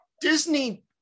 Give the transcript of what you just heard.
Disney